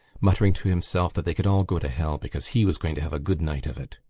muttering to himself that they could all go to hell because he was going to have a good night of it.